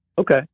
Okay